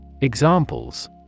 Examples